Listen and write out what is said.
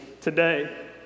today